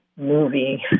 movie